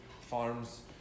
farms